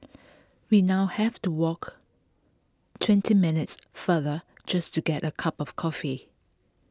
we now have to walk twenty minutes farther just to get a cup of coffee